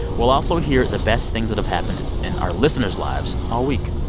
we'll also hear the best things that have happened in our listeners' lives all week